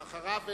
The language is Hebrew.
מי אחריו?